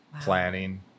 planning